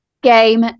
Game